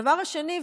הדבר השני,